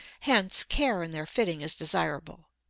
hence care in their fitting is desirable.